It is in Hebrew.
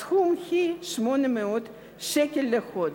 כ-800 ש"ח לחודש.